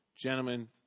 Gentlemen